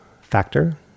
factor